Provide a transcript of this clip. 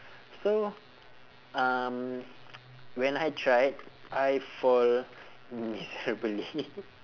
so um when I tried I fall miserably